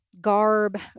garb